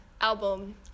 album